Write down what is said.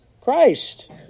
Christ